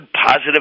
positive